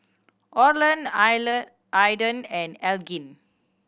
Orland Aidan and Elgin